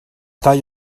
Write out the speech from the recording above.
thought